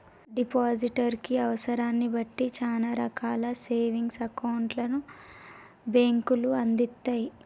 depositor కి అవసరాన్ని బట్టి చానా రకాల సేవింగ్స్ అకౌంట్లను బ్యేంకులు అందిత్తయ్